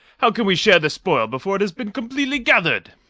how can we share the spoil before it has been completely gathered?